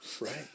Right